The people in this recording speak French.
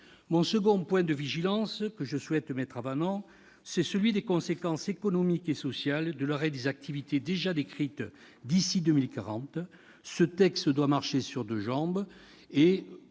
Second point de vigilance que je souhaite mettre en avant aujourd'hui : les conséquences économiques et sociales de l'arrêt des activités déjà décrites d'ici à 2040. Ce texte, pour marcher sur ses deux jambes,